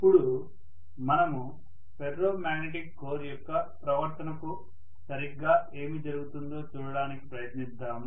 ఇప్పుడు మనము ferromagnetic core యొక్క ప్రవర్తనకు సరిగ్గా ఏమి జరుగుతుందో చూడటానికి ప్రయత్నిద్దాం